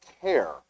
care